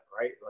right